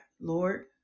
Lord